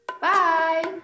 Bye